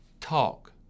talk